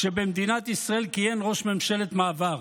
כשבמדינת ישראל כיהן ראש ממשלת מעבר.